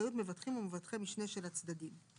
ולאחריות מבטחים ומבטחי משנה של הצדדים.